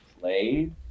played